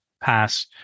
pass